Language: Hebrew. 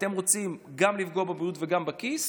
אתם רוצים גם לפגוע בבריאות וגם בכיס?